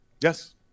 Yes